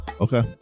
Okay